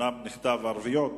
אומנם נכתב "רשויות ערביות",